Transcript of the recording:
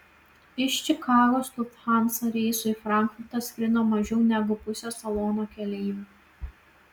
iš čikagos lufthansa reisu į frankfurtą skrido mažiau negu pusė salono keleivių